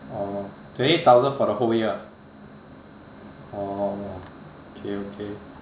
oh twenty eight thousand for the whole year oh okay okay